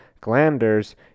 glanders